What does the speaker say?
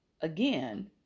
again